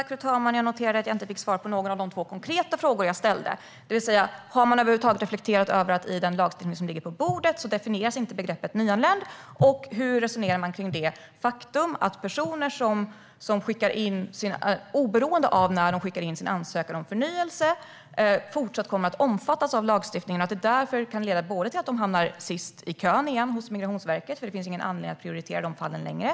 Fru talman! Jag noterar att jag inte fick svar på någon av de två konkreta frågor jag ställde, det vill säga: Har man över huvud taget reflekterat över att man i den lagstiftning som ligger på bordet inte definierar begreppet "nyanländ"? Hur resonerar man kring det faktum att personer, oberoende av när de skickar in sin ansökan om förnyelse, fortsatt kommer att omfattas av lagstiftningen och att det därför kan leda till att de återigen hamnar sist i kön hos Migrationsverket? Det finns nämligen ingen anledning att prioritera de fallen längre.